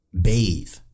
bathe